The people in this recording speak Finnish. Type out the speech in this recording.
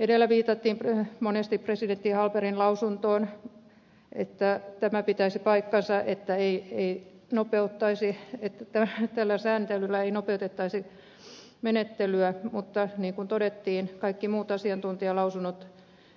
edellä viitattiin monesti presidentti hallbergin lausuntoon että tämä pitäisi paikkansa että tällä sääntelyllä ei nopeutettaisi menettelyä mutta niin kuin todettiin kaikki muut asiantuntijalausunnot